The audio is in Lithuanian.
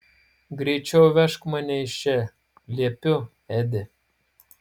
greičiau vežk mane iš čia liepiu edi